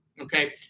okay